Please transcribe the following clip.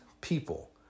people